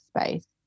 space